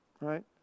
right